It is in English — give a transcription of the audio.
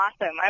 Awesome